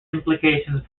implications